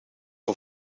een